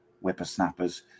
whippersnappers